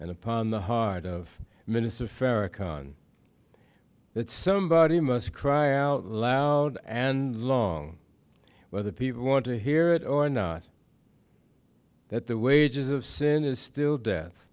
and upon the heart of minister farrakhan that somebody must cry out loud and long whether people want to hear it or not that the wages of sin is still death